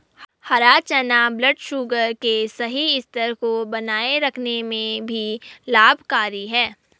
हरा चना ब्लडशुगर के सही स्तर को बनाए रखने में भी लाभकारी है